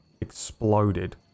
exploded